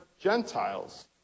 Gentiles